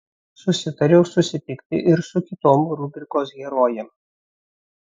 susitariau susitikti ir su kitom rubrikos herojėm